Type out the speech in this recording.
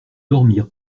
dormir